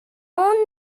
aun